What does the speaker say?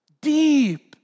deep